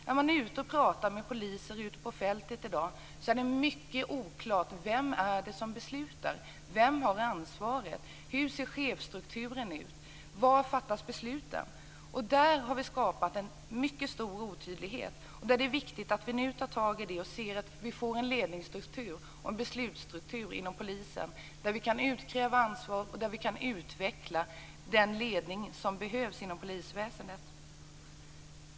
När man är ute och pratar med poliser ute på fältet i dag så är det mycket oklart vem det är som beslutar. Vem har ansvaret? Hur ser chefsstrukturen ut? Var fattas besluten? Där har vi skapat mycket stor otydlighet. Nu är de viktigt att vi tar tag i detta och ser till att vi får en ledningsstruktur och beslutsstruktur inom polisen där vi kan utkräva ansvar och utveckla den ledning som behövs inom polisväsendet.